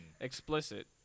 Explicit